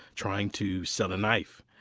trying to sell a knife.